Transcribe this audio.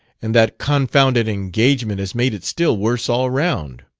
and that confounded engagement has made it still worse all round!